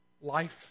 life